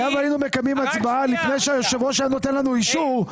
היה והיינו מקיימים הצבעה לפני שהיושב-ראש היה נותן לנו אישור,